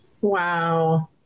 wow